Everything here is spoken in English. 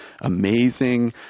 amazing